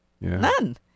none